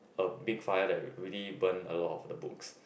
a big fire that really burn a lot of the books